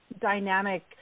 dynamic